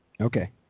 Okay